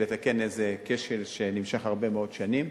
לתקן איזה כשל שנמשך הרבה מאוד שנים,